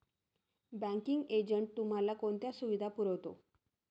Banking agent तुम्हाला कोणत्या सुविधा पुरवतो?